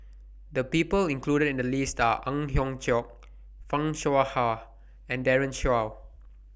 The People included in The list Are Ang Hiong Chiok fan Shao Hua and Daren Shiau